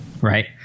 Right